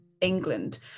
England